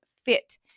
fit